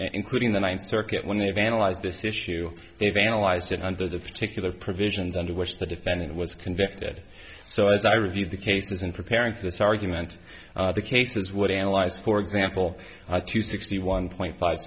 including the ninth circuit when they've analyzed this issue they've analyzed it under the particular provisions under which the defendant was convicted so as i reviewed the cases in preparing this argument the cases would analyze for example to sixty one point five